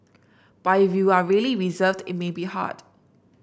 but if you are really reserved it may be hard